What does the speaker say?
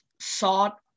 sought